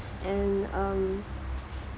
and um